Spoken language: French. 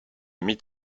mit